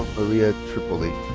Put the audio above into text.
maria tripoli.